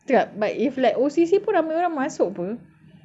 itu lah but if like O_C_C pun ramai orang masuk apa